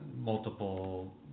multiple